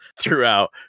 throughout